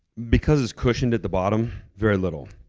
because it's cushioned at the bottom, very little.